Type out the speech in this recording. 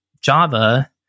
Java